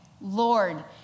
Lord